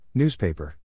Newspaper